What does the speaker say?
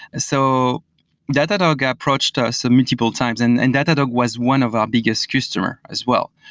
so datadog ah approached us um multiple times, and and datadog was one of our biggest customer as well.